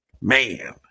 man